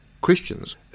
Christians